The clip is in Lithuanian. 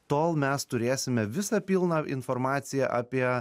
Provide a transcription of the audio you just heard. tol mes turėsime visą pilną informaciją apie